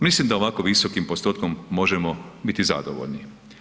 Mislim da ovako visokim postotkom možemo biti zadovoljni.